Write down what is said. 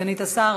סגנית השר,